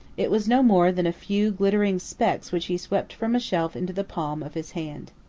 it was no more than a few glittering specks which he swept from a shelf into the palm of his hand.